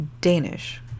Danish